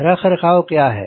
रखरखाव क्या है